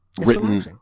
written